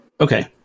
Okay